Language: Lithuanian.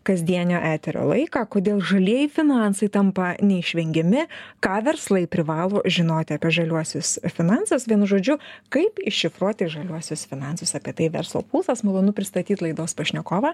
kasdienio eterio laiką kodėl žalieji finansai tampa neišvengiami ką verslai privalo žinoti apie žaliuosius finansus vienu žodžiu kaip iššifruoti žaliuosius finansus apie tai verslo pulsas malonu pristatyt laidos pašnekovą